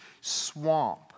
swamp